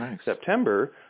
September